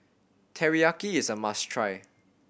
teriyaki is a must try